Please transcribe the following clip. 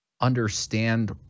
understand